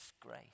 grace